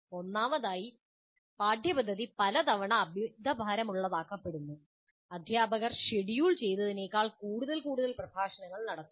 ഒന്നാമതായി പാഠ്യപദ്ധതി പലതവണ അമിതഭാരമുള്ളതാക്കപ്പെടുന്നു അധ്യാപകർ ഷെഡ്യൂൾ ചെയ്തതിനേക്കാൾ കൂടുതൽ കൂടുതൽ പ്രഭാഷണങ്ങൾ നടത്തുന്നു